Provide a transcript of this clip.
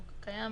אגב,